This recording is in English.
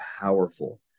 powerful